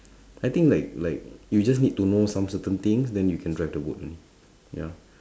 I think like like you'll just need to know some certain things then you can drive the boat ya